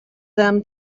them